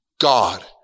God